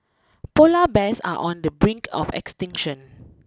polar bears are on the brink of extinction